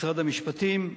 משרד המשפטים,